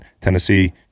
Tennessee